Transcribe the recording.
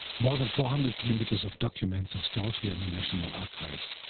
more than four hundred kilometers of documents are stored here in the national archives.